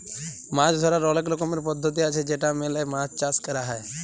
মাছ ধরার অলেক রকমের পদ্ধতি আছে যেটা মেলে মাছ চাষ ক্যর হ্যয়